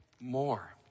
more